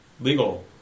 legal